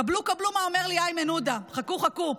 קבלו קבלו מה אומר לי איימן עודה, חכו חכו.